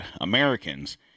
Americans